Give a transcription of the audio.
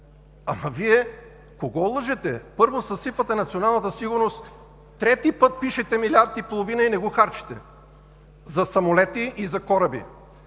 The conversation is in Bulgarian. Вие кого лъжете? Първо съсипвате националната сигурност, трети път пишете милиард и половина за самолети и за кораби